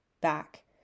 back